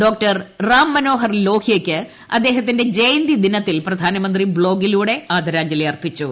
ഡോ റാം മനോഹർ ലോഹ്യയ്ക്ക് അദ്ദേഹത്തിന്റെ ജയന്തി ദിനത്തിൽ പ്രധാനമന്ത്രി ബ്ലോഗിലൂടെ ആദരാഞ്ജലി അർപ്പിച്ചു